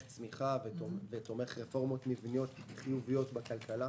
צמיחה ותומך רפורמות מבניות חיוביות בכלכלה.